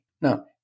Now